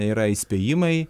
yra įspėjimai